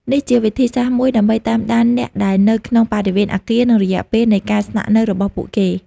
នេះជាវិធីសាស្រ្តមួយដើម្បីតាមដានអ្នកដែលនៅក្នុងបរិវេណអគារ និងរយៈពេលនៃការស្នាក់នៅរបស់ពួកគេ។